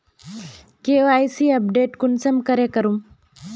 KYC update कुंसम करे करूम?